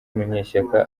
munyeshyaka